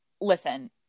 listen